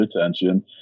attention